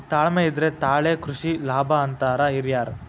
ತಾಳ್ಮೆ ಇದ್ರೆ ತಾಳೆ ಕೃಷಿ ಲಾಭ ಅಂತಾರ ಹಿರ್ಯಾರ್